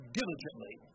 diligently